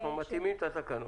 כלומר, מתאימים את התקנות.